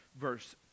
verse